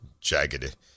Jagged